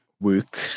work